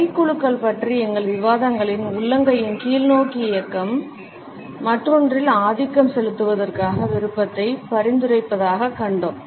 கைகுலுக்கல் பற்றிய எங்கள் விவாதங்களில் உள்ளங்கையின் கீழ்நோக்கி இயக்கம் மற்றொன்றில் ஆதிக்கம் செலுத்துவதற்கான விருப்பத்தை பரிந்துரைப்பதைக் கண்டோம்